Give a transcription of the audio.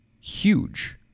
Huge